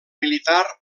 militar